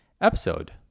episode